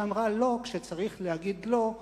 שאמרה "לא" כשצריך להגיד "לא",